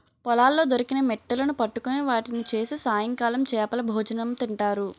పొలాల్లో దొరికిన మిట్టలును పట్టుకొని వాటిని చేసి సాయంకాలం చేపలభోజనం తింటారు